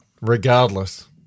regardless